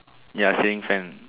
ya ceiling fan